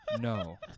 No